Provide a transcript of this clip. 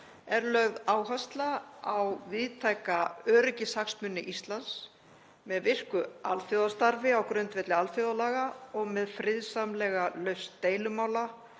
er lögð áhersla á víðtæka öryggishagsmuni Íslands með virku alþjóðasamstarfi á grundvelli alþjóðalaga og með friðsamlega lausn deilumála,